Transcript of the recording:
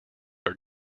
are